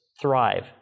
thrive